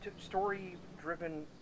story-driven